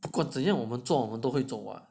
不过怎样我们做我们都会走 [what]